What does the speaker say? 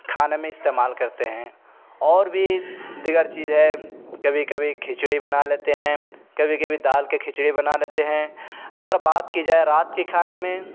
کھانے میں استعمال کرتے ہیں اور بھی دیگر چیز ہے کبھی کبھی کھچڑی بنا لیتے ہیں کبھی کبھی دال کی کچھڑی بنا لیتے ہیں اگر بات کی جائے رات کی کھانے میں